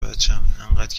بچم، انقدر